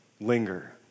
linger